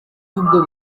y’ubwo